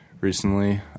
recently